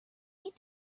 need